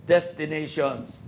Destinations